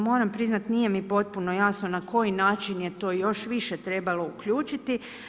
Moram priznat, nije mi potpuno jasno na koji način je to još više trebalo uključiti.